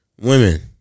Women